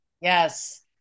Yes